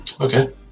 Okay